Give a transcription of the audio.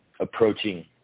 approaching